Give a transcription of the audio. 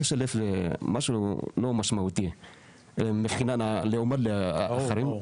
5000 זה משהו לא משמעותי לעומת אחרים.